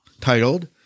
titled